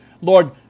Lord